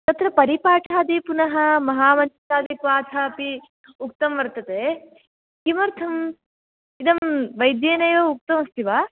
यत्र परिपाठः अपि पुनः महामञ्जिष्टादिक्वाथ अपि उक्तं वर्तते किमर्थं इदं वैद्येनेव उक्तमस्ति वा